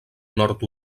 nord